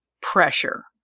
pressure